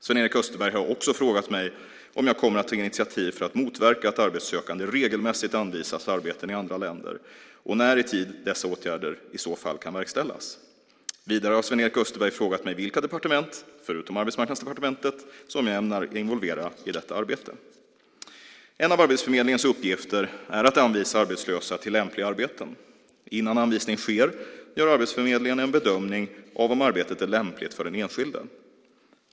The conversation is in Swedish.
Sven-Erik Österberg har också frågat mig om jag kommer att ta initiativ för att motverka att arbetssökande regelmässigt anvisas arbeten i andra länder och när i tid dessa åtgärder i så fall kan verkställas. Vidare har Sven-Erik Österberg frågat mig vilka departement, förutom Arbetsmarknadsdepartementet, som jag ämnar involvera i detta arbete. En av Arbetsförmedlingens uppgifter är att anvisa arbetslösa till lämpliga arbeten. Innan anvisning sker gör Arbetsförmedlingen en bedömning av om arbetet är lämpligt för den enskilde.